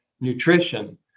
nutrition